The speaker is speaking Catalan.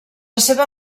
seva